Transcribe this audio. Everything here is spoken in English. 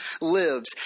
lives